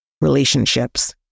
relationships